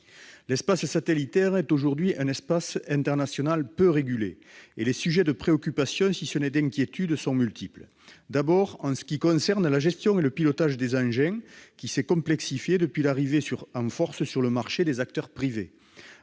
l'espace satellitaire. Il s'agit aujourd'hui d'un espace international peu régulé, et les sujets de préoccupation, si ce n'est d'inquiétude, sont multiples : d'abord, pour la gestion et le pilotage des engins, qui se sont complexifiés depuis l'arrivée en force des acteurs privés